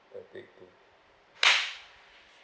topic two